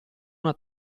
una